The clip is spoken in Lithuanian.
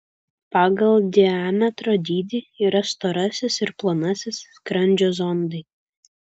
pagal diametro dydį yra storasis ir plonasis skrandžio zondai